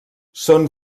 són